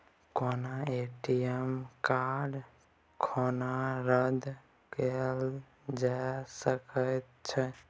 कोनो ए.टी.एम कार्डकेँ कखनो रद्द कराएल जा सकैत छै